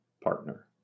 partner